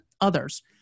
others